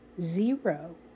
zero